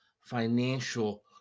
financial